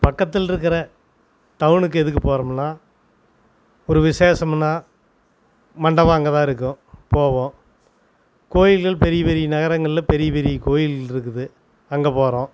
பக்கத்தில் இருக்கிற டவுனுக்கு எதுக்கு போகிறோமுன்னா ஒரு விசேஷமுன்னா மண்டபம் அங்கே தான் இருக்கும் போவோம் கோயில்கள் பெரிய பெரிய நகரங்களில் பெரிய பெரிய கோவில்ருக்குது அங்கே போகிறோம்